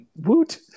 Woot